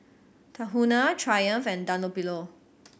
Tahuna Triumph and Dunlopillo